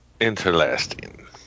Interlasting